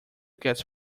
gets